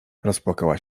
rozpłakała